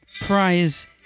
prize